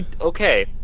Okay